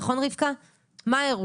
רבקה, נכון?